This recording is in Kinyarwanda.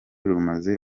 rumaze